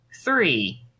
three